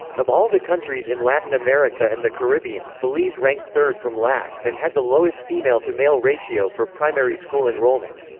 of all the countries in latin america and the caribbean, belize ranked third from last and had the lowest female-to-male ratio for primary school enrollment.